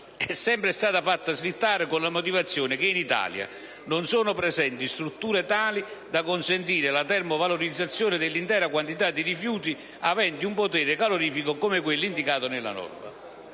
è sempre stata fatta slittare con la motivazione che in Italia non sono presenti strutture tali da consentire la termovalorizzazione dell'intera quantità di rifiuti aventi un potere calorifico come quello indicato nella norma.